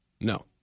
No